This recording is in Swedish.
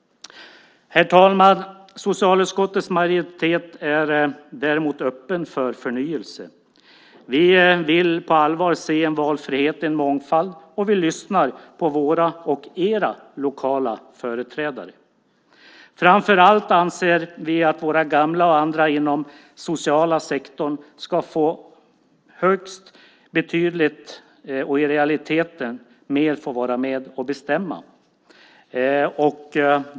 Herr talman! Socialutskottets majoritet är öppen för förnyelse. Vi vill på allvar se en valfrihet och en mångfald, och vi lyssnar på våra och era lokala företrädare. Vi anser framför allt att våra gamla och andra i den sociala sektorn ska få vara med och bestämma mer i realiteten.